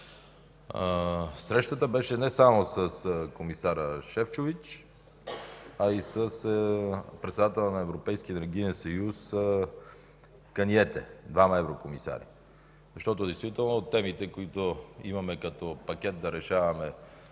Срещата беше не само с комисаря Шефчович, а и с председателя на Европейския енергиен съюз Каниете – двама еврокомисари. Действително темите, които имаме да решаваме